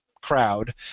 crowd